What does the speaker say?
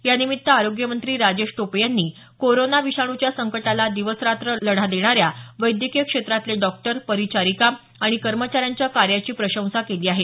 यानिमित्त आरोग्यमंत्री राजेश टोपे यांनी कोरोना विषाणूच्या संकटाला दिवसरात्र लढा देणाऱ्या वैद्यकीय क्षेत्रातले डॉक्टर परिचारिका आणि कर्मचाऱ्यांच्या कार्याची प्रशंसा केली आहे